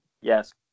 yes